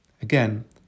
Again